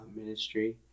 ministry